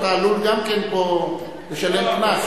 אתה עלול גם כן פה לשלם קנס.